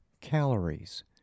calories